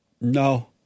No